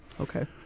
Okay